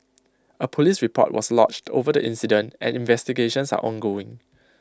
A Police report was lodged over the incident and investigations are ongoing